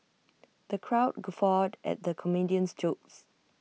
the crowd guffawed at the comedian's jokes